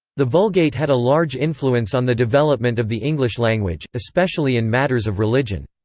the vulgate had a large influence on the development of the english language, especially in matters of religion.